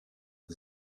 hij